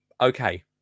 Okay